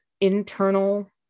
internal